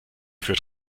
für